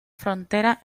frontera